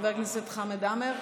חבר הכנסת חמד עמאר.